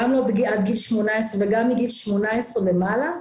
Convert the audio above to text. גם לא עד גיל 18 וגם מגיל 18 ומעלה,